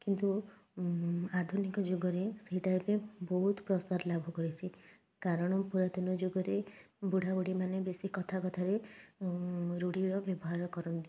କିନ୍ତୁ ଆଧୁନିକ ଯୁଗରେ ସେଇଟା ଏବେ ବହୁତ ପ୍ରସାର ଲାଭ କରିଛି କାରଣ ପୁରାତନ ଯୁଗରେ ବୁଢ଼ା ବୁଢ଼ୀମାନେ ବେଶି କଥା କଥାରେ ରୂଢ଼ିର ବ୍ୟବହାର କରନ୍ତି